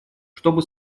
чтобы